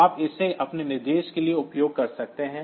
तो आप इसे अपने उद्देश्य के लिए उपयोग कर सकते हैं